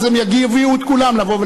ואז הם יביאו את כולם לבוא ולהצביע.